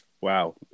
Wow